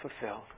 fulfilled